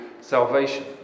salvation